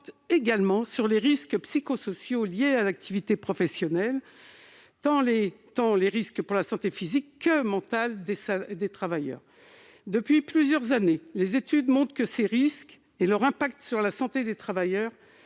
également sur les risques psychosociaux liés à l'activité professionnelle, pour prendre en compte tant la santé physique que la santé mentale des travailleurs. Depuis plusieurs années, les études montrent que ces risques et leurs incidences sur la santé des travailleurs